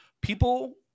People